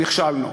נכשלנו.